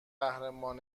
قهرمان